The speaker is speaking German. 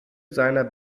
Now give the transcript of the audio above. seiner